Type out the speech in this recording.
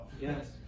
yes